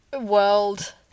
world